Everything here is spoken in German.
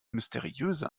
mysteriöse